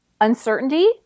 uncertainty